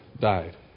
died